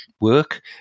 work